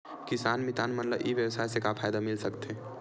किसान मितान मन ला ई व्यवसाय से का फ़ायदा मिल सकथे?